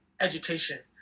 education